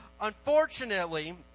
Unfortunately